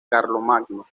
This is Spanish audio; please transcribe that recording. carlomagno